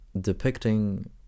depicting